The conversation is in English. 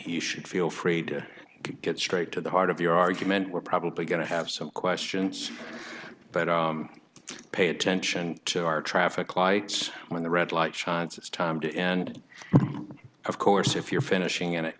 he should feel free to get straight to the heart of your argument we're probably going to have some questions but pay attention to our traffic lights when the red light shines it's time to end of course if you're finishing it